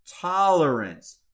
tolerance